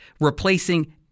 replacing